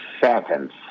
seventh